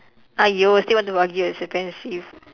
!aiyo! you still want to argue expensive